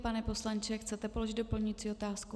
Pane poslanče, chcete položit doplňující otázku?